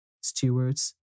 stewards